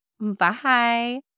Bye